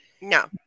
No